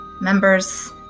members